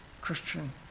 Christian